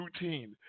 routine